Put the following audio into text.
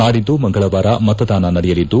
ನಾಡಿದ್ದು ಮಂಗಳವಾರ ಮತದಾನ ನಡೆಯಲಿದ್ದು